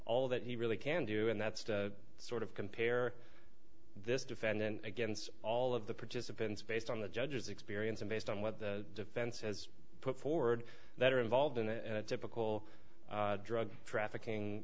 all that he really can do and that's sort of compare this defendant against all of the participants based on the judges experience and based on what the defense as put forward that are involved in a typical drug trafficking